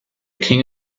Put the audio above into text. king